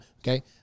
okay